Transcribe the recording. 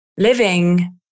Living